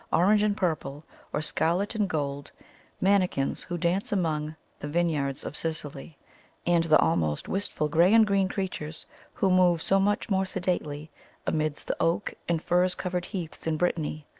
orange-and-purple or scarlet-and-gold man nikins who dance among the vineyards of sicily and the almost wistful grey-and-green creatures who move so much more sedately amidst the oaks and furze-covered heaths in brittany,